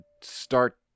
start